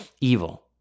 Evil